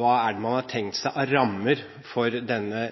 hva det er man har tenkt seg som rammer for denne